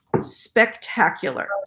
spectacular